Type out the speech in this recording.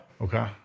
Okay